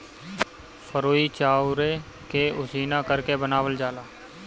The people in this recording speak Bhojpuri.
फरुई चाउरे के उसिना करके बनावल जाला